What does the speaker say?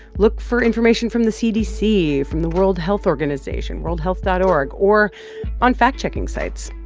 look for information from the cdc, from the world health organization, worldhealth dot org or on fact-checking sites.